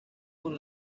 con